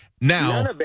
Now